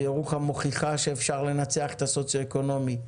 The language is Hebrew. ירוחם מוכיחה שאפשר לנצח את הסוציואקונומי.